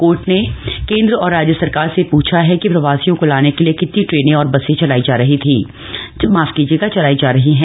court ने केंद्र और राज्य सरकार से पूछा है कि प्रवासियों को लाने के लिये कितनी ट्रेनें और बसें चलाई जा रही हैं